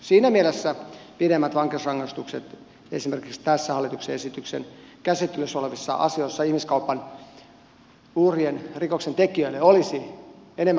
siinä mielessä pidemmät vankeusrangaistukset esimerkiksi hallituksen esityksen käsittelyssä olevissa asioissa ihmiskaupan uhrien rikoksentekijöille olisi elämä